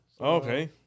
Okay